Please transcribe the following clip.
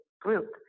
group